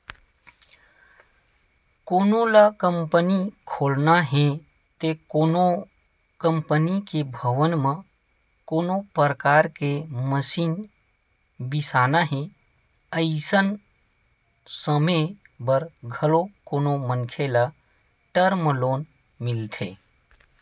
कोनो ल कंपनी खोलना हे ते कोनो कंपनी के भवन म कोनो परकार के मसीन बिसाना हे अइसन समे बर घलो कोनो मनखे ल टर्म लोन मिलथे